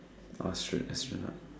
astro~ astronaut